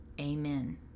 Amen